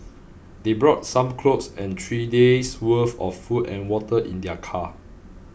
they brought some clothes and three days worth of food and water in their car